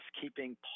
keeping